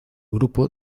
grupo